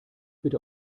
bitte